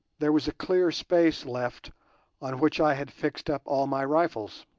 there was a clear space left on which i had fixed up all my rifles.